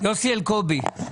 יוסי אלקובי.